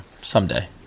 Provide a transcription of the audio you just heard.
Someday